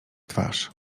twarz